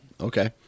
Okay